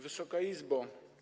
Wysoka Izbo!